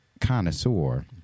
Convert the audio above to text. connoisseur